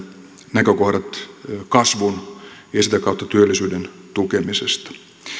näkökohdat kasvun ja sitä kautta työllisyyden tukemisesta